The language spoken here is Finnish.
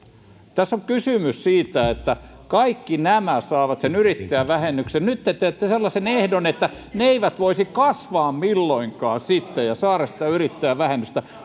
tässä on kysymys siitä että kaikki nämä saavat sen yrittäjävähennyksen nyt te teette sellaisen ehdon että ne eivät voisi kasvaa milloinkaan ja saada sitä yrittäjävähennystä